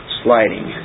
sliding